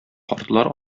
картлар